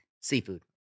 Seafood